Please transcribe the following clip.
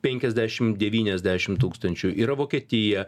penkiasdešim devyniasdešim tūkstančių yra vokietija